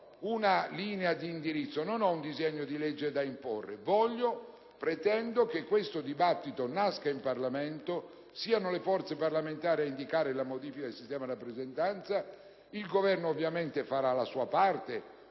una linea di indirizzo né un disegno di legge da imporre, ma vuole e pretende che questo dibattito nasca in Parlamento e siano le forze parlamentari ad indicare la modifica del sistema di rappresentanza; ovviamente farà la sua parte